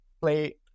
play